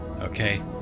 Okay